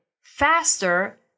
faster